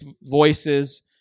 voices